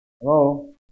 Hello